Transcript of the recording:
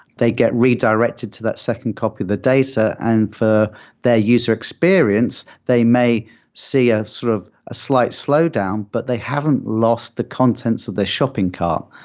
they get redirected to that second copy of the data. and for their user experience, they may see ah sort of a slight slowdown, but they hadn't lost the contents of their shopping cart.